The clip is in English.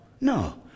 no